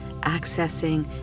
accessing